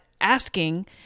asking